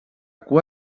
cua